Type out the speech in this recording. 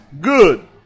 good